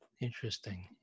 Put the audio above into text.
Interesting